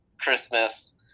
Christmas